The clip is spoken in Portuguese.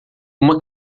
uma